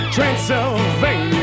Transylvania